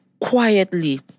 quietly